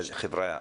חבריא,